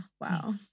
Wow